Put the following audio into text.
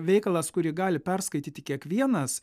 veikalas kurį gali perskaityti kiekvienas